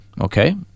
Okay